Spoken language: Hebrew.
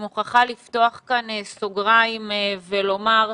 אני מוכרחה לפתוח סוגריים, ולומר,